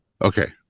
Okay